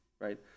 right